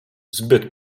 zbyt